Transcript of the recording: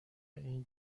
این